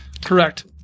Correct